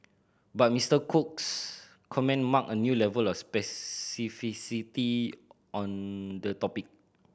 but Mister Cook's comment marked a new level of specificity on the topic